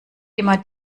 immer